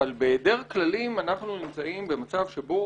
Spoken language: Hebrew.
אבל בהיעדר כללים אנחנו נמצאים במצב שבו